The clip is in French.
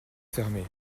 fermés